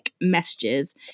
messages